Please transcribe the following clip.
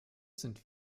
sind